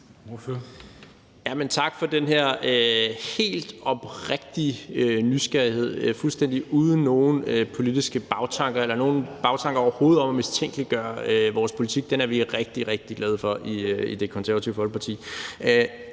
tak for den her helt oprigtige nysgerrighed fuldstændig uden nogen politiske bagtanker eller nogen bagtanker overhovedet om at mistænkeliggøre vores politik. Den er vi rigtig, rigtig glade for i Det Konservative Folkeparti.